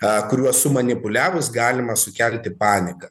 a kuriuos sumanipuliavus galima sukelti paniką